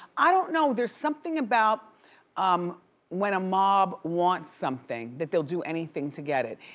i don't know, there's something about um when a mob wants something that they'll do anything to get it.